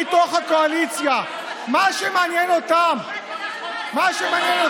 שמתוך הקואליציה מה שמעניין אותם זה